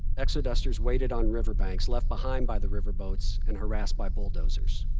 exodusters waited on river banks left behind by the river boats and harassed by bulldozers.